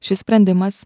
šis sprendimas